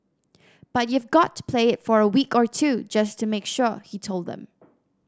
but you've got to play it for a week or two just to make sure he told them